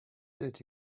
did